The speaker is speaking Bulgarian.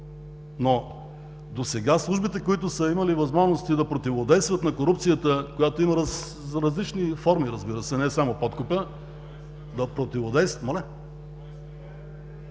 Но досега службите, които са имали възможности да противодействат на корупцията, която има различни форми, разбира се, не само подкупа, да противодействат.